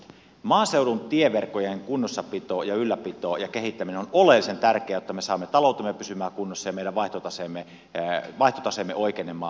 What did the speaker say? maaseudun tieverkkojen kunnossapito ja ylläpito ja kehittäminen on oleellisen tärkeää jotta me saamme taloutemme pysymään kunnossa ja meidän vaihtotaseemme oikenemaan